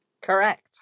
correct